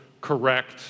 correct